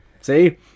See